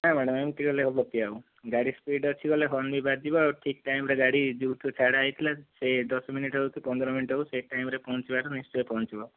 ନାହିଁ ମ୍ୟାଡାମ ଏମିତି କଲେ ହେବ କି ଆଉ ଗାଡ଼ି ସ୍ପୀଡ଼ ଅଛି ବୋଇଲେ ହର୍ନ ବି ବାଜିବ ଆଉ ଠିକ ଟାଇମରେ ଗାଡ଼ି ଯେଉଁଠୁ ଛଡ଼ା ହେଇଥିଲା ସେ ଦଶ ମିନିଟ ହେଉ କି ପନ୍ଦର ମିନିଟ ହେଉ ସେ ଟାଇମରେ ପହଞ୍ଚିବାର ନିଶ୍ଚୟ ପହଞ୍ଚିବ